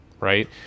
right